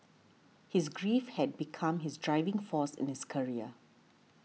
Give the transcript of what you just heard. his grief had become his driving force in his career